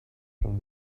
from